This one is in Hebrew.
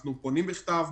אנחנו פונים בכתב,